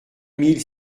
mille